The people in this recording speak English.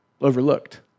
overlooked